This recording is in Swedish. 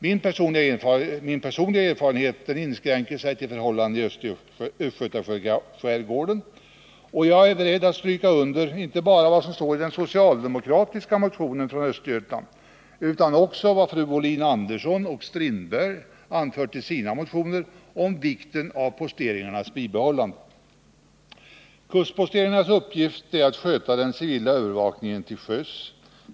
Min personliga erfarenhet inskränker sig till förhållandena i östgötaskärgården. Jag är beredd att stryka under inte bara vad som står i den motion som väckts av socialdemokraterna i Östergötland utan också vad Anna Wohlin Andersson och Per-Olof Strindberg anfört i sina motioner om vikten av posteringarnas bibehållande. Kustposteringarnas uppgift är att sköta den civila övervakningen till sjöss.